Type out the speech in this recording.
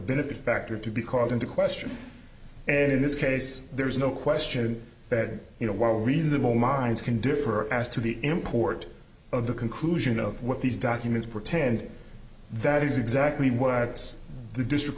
benefactor to be called into question and in this case there is no question that you know while reasonable minds can differ as to the import of the conclusion of what these documents pretend that is exactly what the district